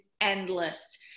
endless